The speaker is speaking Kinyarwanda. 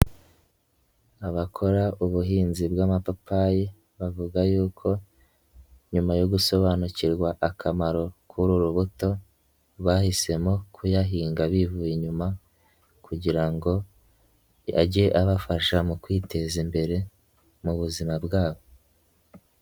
Abakora ubuhinzi bw'amapapayi bavuga y'uko nyuma yo gusobanukirwa akamaro k'uru rubuto bahisemo kuyahinga bivuye inyuma kugira ngo ajye abafasha mu kwiteza imbere mu buzima bwabo.